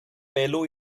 bello